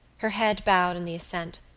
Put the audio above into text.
her head bowed in the ascent,